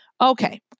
Okay